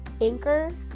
anchor